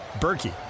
Berkey